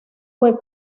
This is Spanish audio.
fue